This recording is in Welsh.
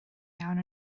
iawn